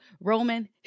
Roman